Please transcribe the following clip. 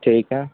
ٹھیک ہے